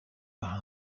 par